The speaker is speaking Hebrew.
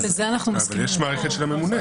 יש מערכת של הממונה.